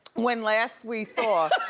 when last we saw,